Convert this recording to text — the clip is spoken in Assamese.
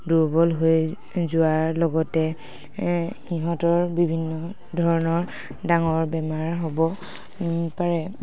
দুৰ্বল হৈ যোৱাৰ লগতে সিহঁতৰ বিভিন্ন ধৰণৰ ডাঙৰ বেমাৰ হ'ব পাৰে